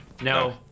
No